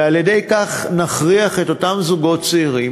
ועל-ידי כך נכריח את אותם זוגות צעירים